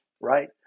right